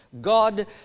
God